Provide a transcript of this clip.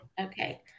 Okay